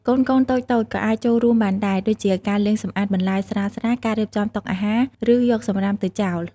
កូនៗតូចៗ ក៏អាចចូលរួមបានដែរ ដូចជាការលាងសម្អាតបន្លែស្រាលៗ ការរៀបចំតុអាហារ ឬយកសំរាមទៅចោល ។